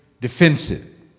defensive